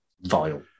Vile